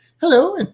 Hello